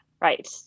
Right